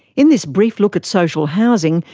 in this brief look at social housing,